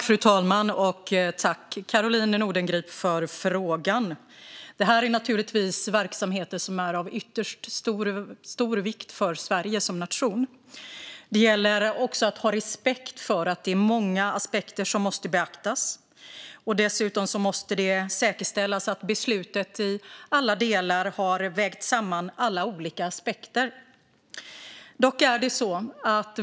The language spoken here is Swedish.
Fru talman! Jag tackar Caroline Nordengrip för frågan. Denna verksamhet är givetvis av ytterst stor vikt för Sverige som nation, men det gäller att ha respekt för att det är många aspekter som måste beaktas. Dessutom måste det säkerställas att beslutet i alla delar har vägt samman alla olika aspekter.